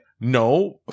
No